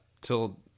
till